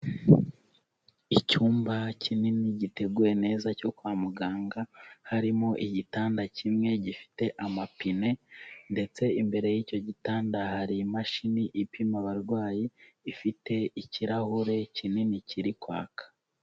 Icyumba kinini giteguye neza cyo kwa muganga, harimo igitanda kimwe gifite amapine, ndetse imbere y'icyo gitanda hari imashini ipima abarwayi ifite ikirahure kinini kiri kwaka.